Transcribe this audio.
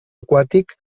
aquàtic